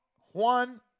Juan